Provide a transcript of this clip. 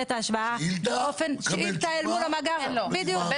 את ההשוואה, שאילתה אל מול המאגר ומשחרר.